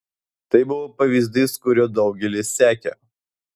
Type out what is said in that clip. tai buvo pavyzdys kuriuo daugelis sekė